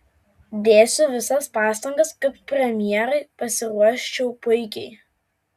dėsiu visas pastangas kad premjerai pasiruoščiau puikiai